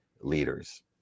leaders